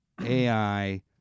AI